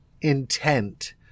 intent